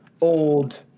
old